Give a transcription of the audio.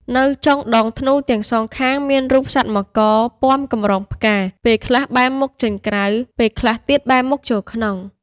នៅចុងដងធ្នូទាំងសងខាង មានរូបសត្វមករពាំកម្រងផ្កា ពេលខ្លះបែរមុខចេញក្រៅ ពេលខ្លះទៀតបែរមុខចូលក្នុង។